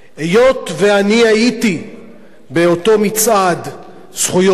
היות שאני הייתי באותו מצעד זכויות,